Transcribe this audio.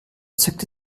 zückte